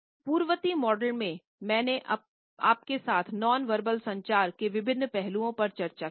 पूर्ववर्ती मॉड्यूल में मैंने आपके साथ नॉनवर्बल संचार के विभिन्न पहलुओं पर चर्चा की है